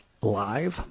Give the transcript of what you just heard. live